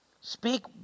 Speak